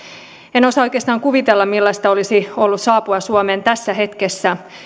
en osaa oikeastaan kuvitella millaista olisi ollut saapua suomeen tässä hetkessä